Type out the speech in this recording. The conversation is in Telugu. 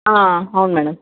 అవును మేడం